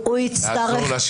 לעזור לה,